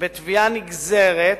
בתביעה נגזרת,